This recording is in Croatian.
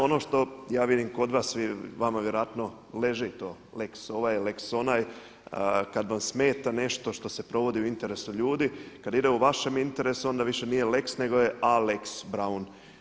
Ono što ja vidim kod vas, vama vjerojatno leži to lex ovaj, lex onaj kad vam smeta nešto što se provodi u interesu ljudi, kad ide u vašem interesu onda više nije lex nego je Alex Brown.